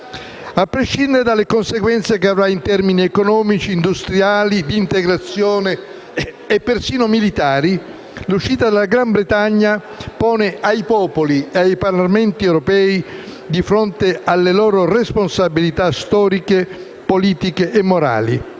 A prescindere dalle conseguenze che avrà in termini economici, industriali, di integrazione e persino militari, l'uscita del Regno Unito pone i popoli e i Parlamenti europei di fronte alle loro responsabilità storiche, politiche e morali.